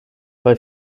bei